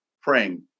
Praying